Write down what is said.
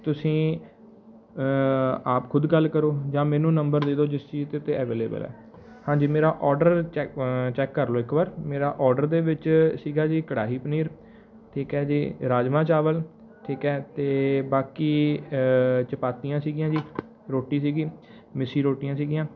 ਤੁਸੀਂ ਆਪ ਖੁਦ ਗੱਲ ਕਰੋ ਜਾਂ ਮੈਨੂੰ ਨੰਬਰ ਦੇ ਦਿਓ ਜਿਸ ਚੀਜ਼ 'ਤੇ ਐਵੇਲੇਬਲ ਹੈ ਹਾਂਜੀ ਮੇਰਾ ਔਡਰ ਚੈ ਚੈੱਕ ਕਰ ਲਿਉ ਇੱਕ ਵਾਰ ਮੇਰਾ ਔਡਰ ਦੇ ਵਿੱਚ ਸੀਗਾ ਜੀ ਕੜਾਹੀ ਪਨੀਰ ਠੀਕ ਹੈ ਜੀ ਰਾਜਮਾਂਹ ਚਾਵਲ ਠੀਕ ਹੈ ਅਤੇ ਬਾਕੀ ਚਪਾਤੀਆ ਸੀਗੀਆਂ ਜੀ ਰੋਟੀ ਸੀਗੀ ਮਿੱਸੀ ਰੋਟੀਆਂ ਸੀਗੀਆਂ